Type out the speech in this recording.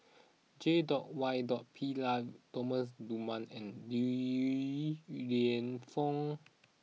J dot Y dot Pillay Thomas Dunman and Li Lienfung